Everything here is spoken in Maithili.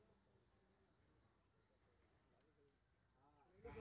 समाज के काम करें के ली ये कोन तरह के नेता ठीक होते?